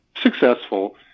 successful